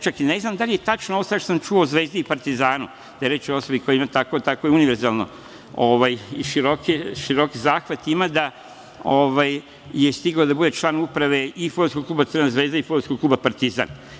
Čak i ne znam da li je tačno ovo sve što sam čuo o Zvezdi i Partizanu, da je reč o osobi koja ima tako univerzalan i široki zahvat, da je stigao da bude član uprave i fudbalskog kluba Crvena Zvezda i fudbalskog kluba Partizan.